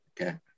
okay